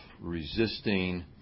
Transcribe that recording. resisting